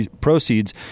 proceeds